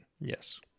Yes